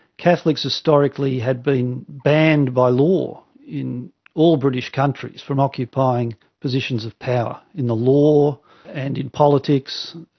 catholics historically had been banned by law in all british countries from occupying positions of power, in the law and in politics.